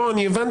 לא, אני הבנתי.